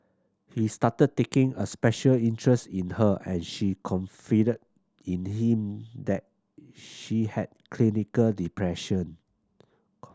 he started taking a special interest in her and she confided in him that she had clinical depression